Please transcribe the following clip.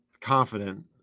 confident